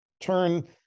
turn